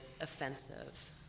offensive